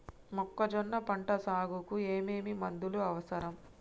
మొక్కజొన్న పంట సాగుకు ఏమేమి మందులు అవసరం?